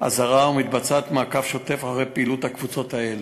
אזהרה ומתקיים מעקב שוטף אחר פעילות הקבוצות האלה.